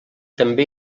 també